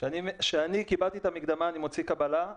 כשאני קיבלתי מקדמה, אני מוציא קבלה.